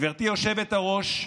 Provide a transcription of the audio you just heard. גברתי היושבת-ראש,